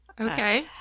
Okay